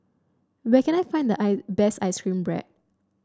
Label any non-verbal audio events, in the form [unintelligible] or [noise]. where can I find the [unintelligible] best ice cream bread